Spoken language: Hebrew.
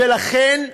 ולכן,